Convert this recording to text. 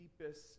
deepest